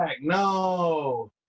no